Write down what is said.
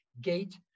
gate